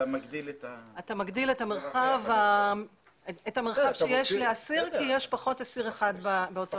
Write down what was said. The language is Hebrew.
אתה מגדיל את המרחב שיש לאסיר כי יש פחות אסיר אחד באותו תא.